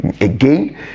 again